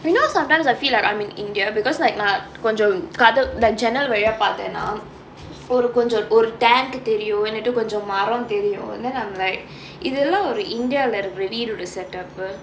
you know sometimes I feel like I'm in india because like நான் கொஞ்சம் கத~:naan konjam katha like ஜன்னல் வழியா பார்த்தேனா ஒரு கொஞ்சம் ஒரு:jannal valiyaa paarthaena oru konjam oru tent தெரியும் இன்னெட்டு கொஞ்சம் மரம் தெரியும்:theriyum innaettu konjam maram theriyum then I'm like இதெல்லா ஒரு இந்தியாலே இருக்கோ வீடோடே:ithellaa oru indiayaalae irukko veedodae set up